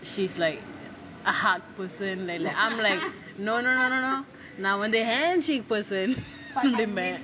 she's like a hug person like I'm like no no no no no நான் வந்து:naan vanthu handshake person feel damn bad